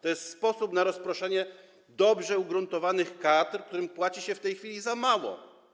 To jest sposób na rozproszenie dobrze ugruntowanych kadr, którymi płaci się w tej chwili za mało.